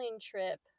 trip